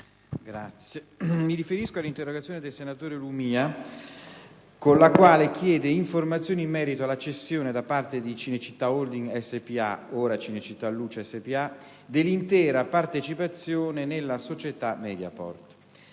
Mi riferisco all'interrogazione del senatore Lumia con la quale chiede informazioni in merito alla cessione da parte di Cinecittà Holding Spa, ora Cinecittà Luce Spa, dell'intera partecipazione nella società Mediaport.